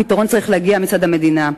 הפתרון צריך להגיע מצד המדינה.